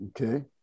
Okay